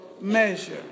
measure